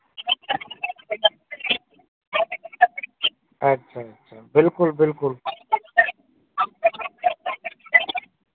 अच्छा अच्छा बिल्कुल बिल्कुल